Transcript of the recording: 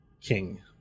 king